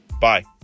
Bye